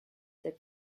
that